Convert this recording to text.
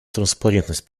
транспарентность